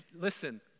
listen